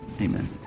Amen